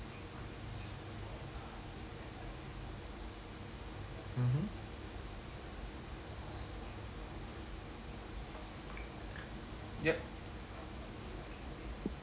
mmhmm yup